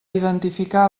identificar